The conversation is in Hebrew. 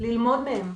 ללמוד מהם,